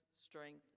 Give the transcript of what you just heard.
strength